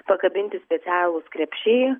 pakabinti specialūs krepšiai